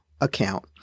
account